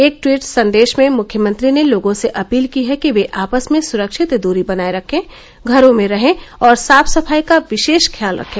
एक ट्वीट संदेश में मुख्यमंत्री ने लोगों से अपील की है कि वे आपस में सुरक्षित दूरी बनाए रखें घरों में रहें और साफ सफाई का विशेष ख्याल रखें